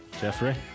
Jeffrey